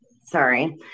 sorry